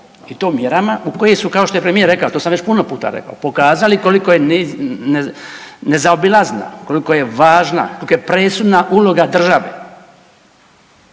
i to mjerama u koje su kao što je premijer rekao, to sam već puno puta rekao, pokazali koliko je nezaobilazna, koliko je važna, kolika je presudna uloga države.